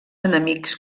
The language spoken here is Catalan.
enemics